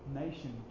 nation